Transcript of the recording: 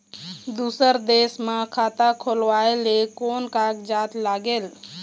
दूसर देश मा खाता खोलवाए ले कोन कागजात लागेल?